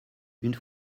une